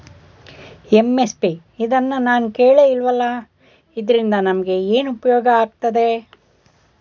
MSP ಇದ್ನನಾನು ಕೇಳೆ ಇಲ್ವಲ್ಲ? ಇದ್ರಿಂದ ನಮ್ಗೆ ಏನ್ಉಪ್ಯೋಗ ಆಯ್ತದೆ?